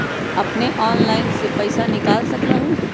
अपने ऑनलाइन से पईसा निकाल सकलहु ह?